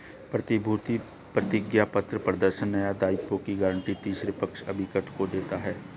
प्रतिभूति प्रतिज्ञापत्र प्रदर्शन या दायित्वों की गारंटी तीसरे पक्ष उपकृत को देता है